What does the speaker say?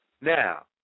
Now